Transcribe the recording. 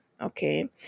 okay